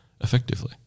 effectively